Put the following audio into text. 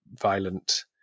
violent